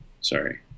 Sorry